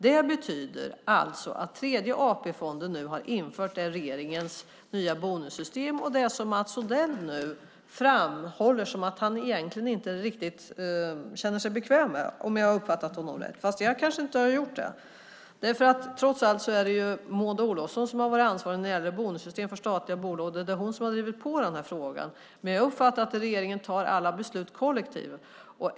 Det betyder alltså att Tredje AP-fonden har infört regeringens nya bonussystem, det som Mats Odell framhåller att han egentligen inte riktigt känner sig bekväm med - om jag har uppfattat honom rätt. Fast jag kanske inte har gjort det. Trots allt är det Maud Olofsson som har varit ansvarig när det gäller bonussystem för statliga bolag, och det är hon som har drivit på frågan. Men jag uppfattar att regeringen fattar alla beslut kollektivt.